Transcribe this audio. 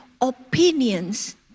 opinions